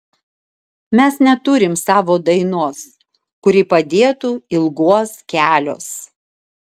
mes neturim savo dainos kuri padėtų ilguos keliuos